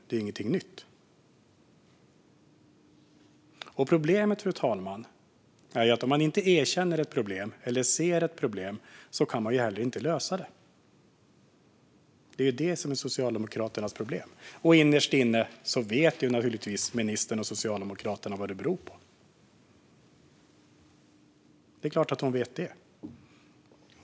Det är ingenting nytt. Problemet, fru talman, är att om man inte ser eller erkänner ett problem kan man inte heller lösa det. Det är det som är Socialdemokraternas problem. Innerst inne vet naturligtvis ministern och Socialdemokraterna vad detta beror på. Det är klart att hon vet det.